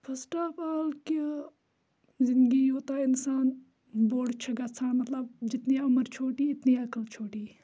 first of all کہِ زِندگی یوٗتاہ اِنسان بوٚڈ چھِ گژھان مطلب جتنی اَمر چھوٹی اِتنی عقل چھوٹی